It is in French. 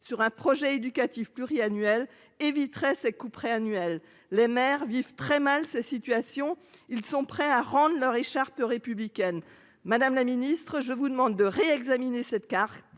sur un projet éducatif pluriannuel éviterait ces couperet annuel les mères vivent très mal cette situation. Ils sont prêts à rendre leur écharpe républicaine. Madame la ministre, je vous demande de réexaminer cette carte.